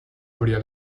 habría